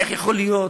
איך יכול להיות?